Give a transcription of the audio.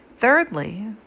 Thirdly